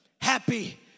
happy